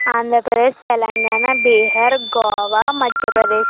Andhra Pradesh Telangana Bihar Goa Madhya Pradesh